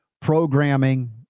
programming